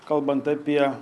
kalbant apie